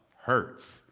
Hurts